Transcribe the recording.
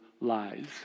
lies